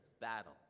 battle